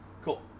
Cool